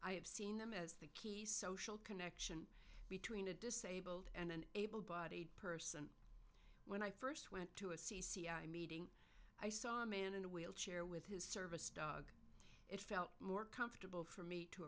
i have seen them as the key social connection between a disabled and an able bodied person when i first went to a c c i meeting i saw a man in a wheelchair with his service dog it felt more comfortable